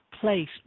place